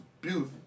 beautiful